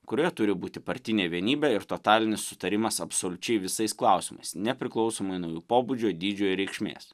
kurioje turi būti partinė vienybė ir totalinis sutarimas absoliučiai visais klausimais nepriklausomai nuo jų pobūdžio dydžio ir reikšmės